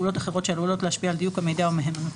או מניעת פעולות אחרות שעלולות להשפיע על דיוק המידע או מהימנותו,